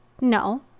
No